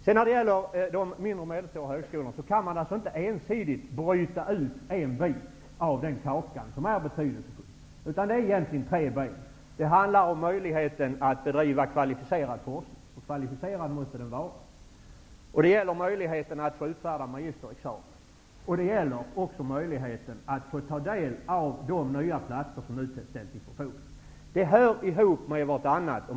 När det gäller de mindre och medelstora högskolorna kan man inte ensidigt bryta ut en del av helheten. Det finns här tre delar. Det är möjligheten att bedriva kvalificerad forskning -- för kvalificerad måste den vara --, rätten att utfärda magisterexamen och möjligheten att få del av de nya platser som nu ställs till förfogande. Dessa delar hör ihop med varandra.